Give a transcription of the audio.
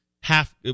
half